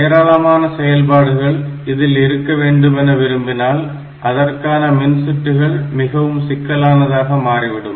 ஏராளமான செயல்பாடுகள் இதில் இருக்க வேண்டும் என விரும்பினால் அதற்கான மின்சுற்றுகள் மிகவும் சிக்கலானதாக மாறிவிடும்